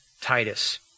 Titus